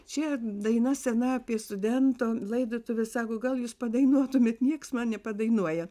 čia daina sena apie studento laidotuves sako gal jūs padainuotumėt niekas man nepadainuoja